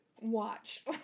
watch